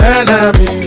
enemy